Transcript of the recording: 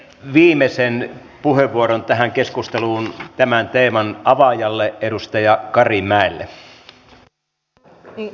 viimeisen puheenvuoron tähän keskusteluun annan tämän teeman avaajalle edustaja karimäelle